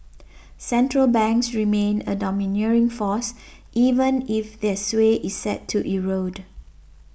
central banks remain a domineering force even if their sway is set to erode